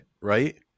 right